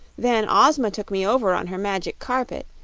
then ozma took me over on her magic carpet,